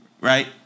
Right